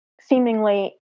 seemingly